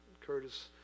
Curtis